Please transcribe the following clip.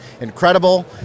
incredible